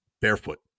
barefoot